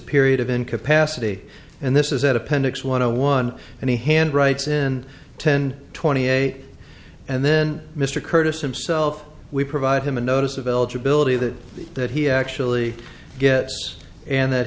period of incapacity and this is at appendix one a one and he hand writes in ten twenty eight and then mr curtis himself we provide him a notice of eligibility that that he actually gets and that